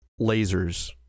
lasers